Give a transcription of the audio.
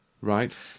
Right